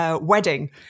wedding